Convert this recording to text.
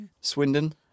Swindon